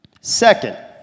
Second